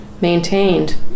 maintained